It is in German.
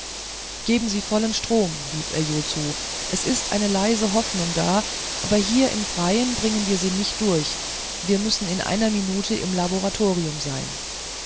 geben sie vollen strom rief er jo zu es ist eine leise hoffnung da aber hier im freien bringen wir sie nicht durch wir müssen in einer minute im laboratorium sein